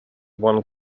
one